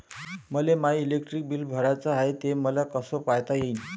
मले my electric bill भराचं हाय, ते मले कस पायता येईन?